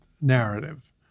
narrative